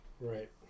Right